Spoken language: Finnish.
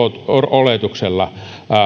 oletuksella